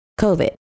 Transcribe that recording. COVID